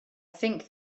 think